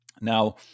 Now